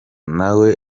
nawe